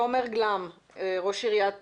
תומר גלאם, ראש עיריית